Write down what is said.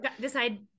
decide